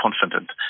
confident